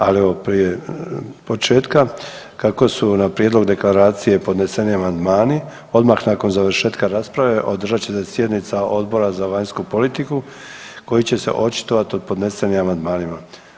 Ali evo prije početka kako su na prijedlog deklaracije podneseni amandmani, odmah nakon završetka rasprave održat će se sjednica Odbora za vanjsku politiku koji će se očitovati o podnesenim amandmanima.